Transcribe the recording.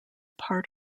part